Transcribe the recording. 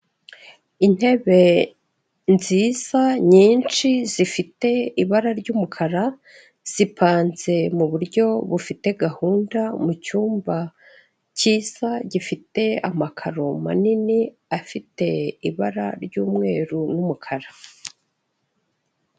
Intebe nziza nyinshi zifite ibara ry'umukara, zipanse mu buryo bufite gahunda mu cyumba cy'isaha gifite amakaro manini afite ibara ry'umweru n'umukara.